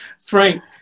Frank